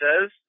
says